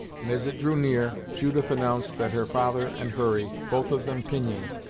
and as it drew near, judith announced that her father and hurry, both of them pinioned,